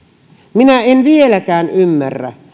minä en vieläkään ymmärrä